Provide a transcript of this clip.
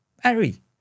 Harry